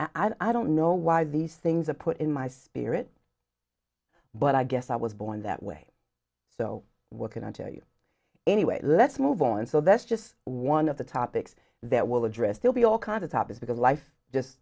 and i don't know why these things are put in my spirit but i guess i was born that way so what can i tell you anyway let's move on and so that's just one of the topics that will address they'll be all kinds of topics because life just